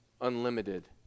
unlimited